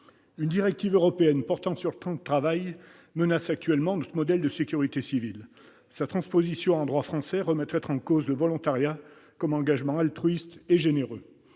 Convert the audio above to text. Une directive européenne portant sur le temps de travail menace actuellement notre modèle de sécurité civile. C'est vrai ! Sa transposition en droit français remettrait en cause le volontariat comme engagement altruiste et généreux.